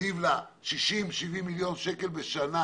70-60 מיליון שקלים בשנה